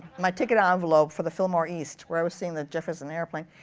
my ticket um envelope for the fillmore east, where i was seeing the jefferson airplane.